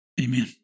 amen